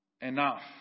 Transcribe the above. enough